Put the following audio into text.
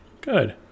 good